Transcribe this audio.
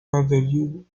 mandelieu